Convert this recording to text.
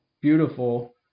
beautiful